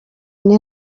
ine